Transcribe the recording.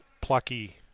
plucky